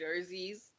jerseys